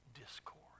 discord